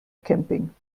camping